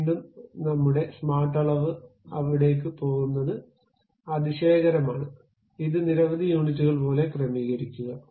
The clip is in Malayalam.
വീണ്ടും നമ്മുടെ സ്മാർട്ട് അളവ് അവിടേക്ക് പോകുന്നത് അതിശയകരമാണ് ഇത് നിരവധി യൂണിറ്റുകൾ പോലെ ക്രമീകരിക്കുക